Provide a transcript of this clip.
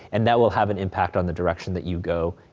and that will have an impact on the direction that you go,